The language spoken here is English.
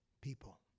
people